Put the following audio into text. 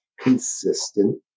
consistent